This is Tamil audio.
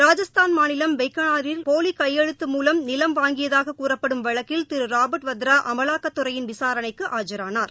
ராஜஸ்தான் மாநிலம் பிக்கானீரில் போலி கையெழுத்து மூலம் நிலம் வாங்கியதாக கூறப்படும் வழக்கில் திரு ராபர்ட் வத்ரா அமலாக்கத் துறையின் விசாரணைக்கு ஆஜரானார்